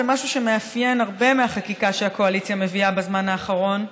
זה משהו שמאפיין הרבה מהחקיקה שהקואליציה מביאה בזמן האחרון.